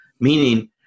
meaning